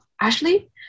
Ashley